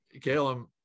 Caleb